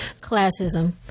Classism